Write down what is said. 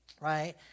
right